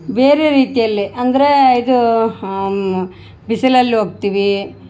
ಬೇರೆ ರೀತಿಯಲ್ಲಿ ಅಂದರೆ ಇದು ಬಿಸಿಲಲ್ಲಿ ಹೋಗ್ತೀವಿ